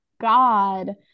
god